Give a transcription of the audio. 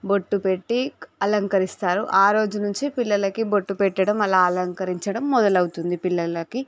బొట్టు పెట్టి అలంకరిస్తారు ఆ రోజు నుంచి పిల్లలకి బొట్టు పెట్టడం అలా అలంకరించడం మొదలు అవుతుంది పిల్లలకి